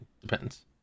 depends